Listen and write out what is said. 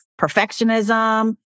perfectionism